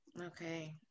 Okay